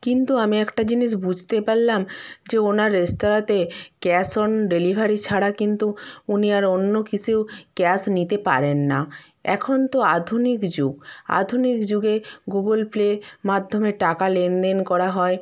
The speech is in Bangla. কিন্তু আমি একটা জিনিস বুঝতে পারলাম যে ওনার রেস্তোরাঁতে ক্যাশ অন ডেলিভারি ছাড়া কিন্তু উনি আর অন্য কিছু ক্যাশ নিতে পারেন না এখন তো অধুনিক যুগ আধুনিক যুগে গুগুল পের মাধ্যমে টাকা লেনদেন করা হয়